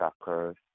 occurs